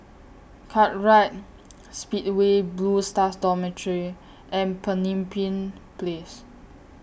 Kartright Speedway Blue Stars Dormitory and Pemimpin Place